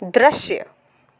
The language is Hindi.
दृश्य